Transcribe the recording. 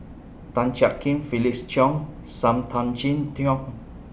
Tan Jiak Kim Felix Cheong SAM Tan Chin